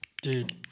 Dude